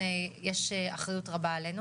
איך אנחנו מייצרים אותה.